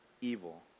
evil